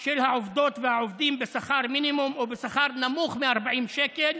של העובדות והעובדים בשכר מינימום או בשכר נמוך מ-40 שקל,